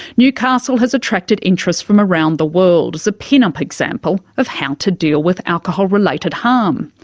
newcastle has attracted interest from around the world as a pin-up example of how to deal with alcohol-related harm.